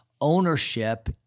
ownership